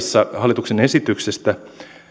itse asiassa hallituksen esityksessähän